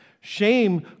Shame